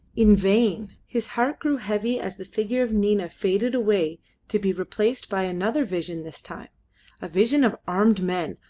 in vain! his heart grew heavy as the figure of nina faded away to be replaced by another vision this time a vision of armed men,